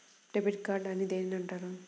Debit card అని దేనిని అంటారు?